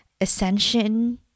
ascension